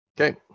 Okay